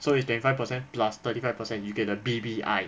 so if twenty five percent plus thirty five percent you get the B_B_I